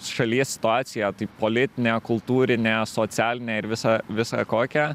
šalies situaciją tai politinę kultūrinę socialinę ir visą visą kokią